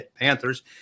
Panthers